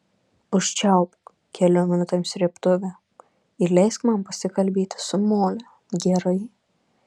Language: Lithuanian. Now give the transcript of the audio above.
užčiaupk keliom minutėm srėbtuvę ir leisk man pasikalbėti su mole gerai